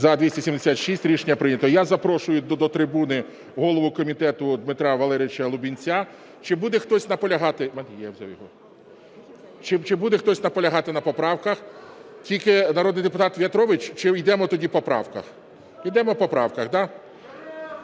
За-276 Рішення прийнято. Я запрошую до трибуни голову комітету Дмитра Валерійовича Лубінця. Чи буде хтось наполягати на поправках? Тільки народний депутат В'ятрович, чи йдемо тоді по правках? Ідемо по правках, да.